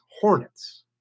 Hornets